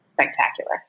spectacular